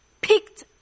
picked